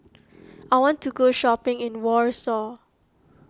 I want to go shopping in Warsaw